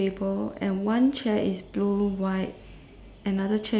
a blue table and one chair is blue white